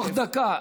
תוך דקה.